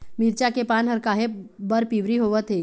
मिरचा के पान हर काहे बर पिवरी होवथे?